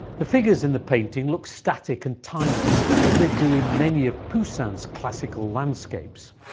the figures in the painting look static and timeless, as they do in many of poussin's classical landscapes.